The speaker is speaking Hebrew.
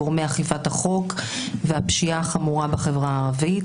גורמי אכיפת החוק והפשיעה החמורה בחברה הערבית,